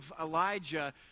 Elijah